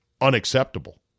unacceptable